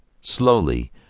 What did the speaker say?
Slowly